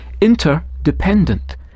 interdependent